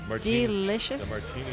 delicious